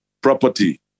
property